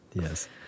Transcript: Yes